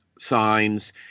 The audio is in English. signs